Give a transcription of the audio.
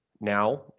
now